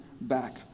back